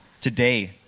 today